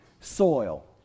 soil